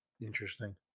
Interesting